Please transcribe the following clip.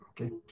okay